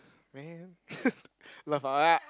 man love ah